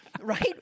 Right